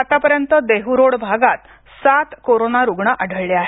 आतापर्यंत देह्रोड भागात सात कोरोना रुग्ण आढळले आहेत